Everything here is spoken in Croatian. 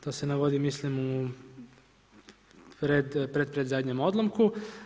To se navodi mislim u pretpredzadnjem odlomku.